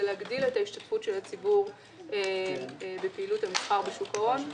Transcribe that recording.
להגדיל את השתתפות הציבור בפעילות המסחר בשוק ההון.